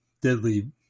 deadly